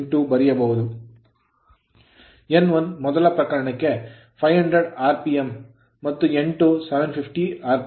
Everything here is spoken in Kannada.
n1 ಮೊದಲ ಪ್ರಕರಣಕ್ಕೆ 500 rpm ಆರ್ ಪಿಎಂ ಮತ್ತು n2 750 rpm ಆರ್ ಪಿಎಂ ಆಗಿದೆ